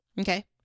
okay